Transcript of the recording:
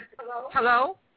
Hello